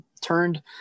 turned